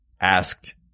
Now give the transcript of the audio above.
asked